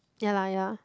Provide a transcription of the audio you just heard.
ya lah ya